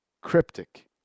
cryptic